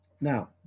Now